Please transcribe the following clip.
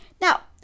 Now